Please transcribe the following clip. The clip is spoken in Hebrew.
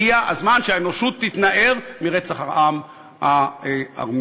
הגיע הזמן שהאנושות תתנער מרצח העם הארמני.